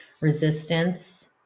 resistance